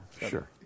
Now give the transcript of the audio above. sure